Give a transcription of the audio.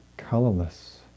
colorless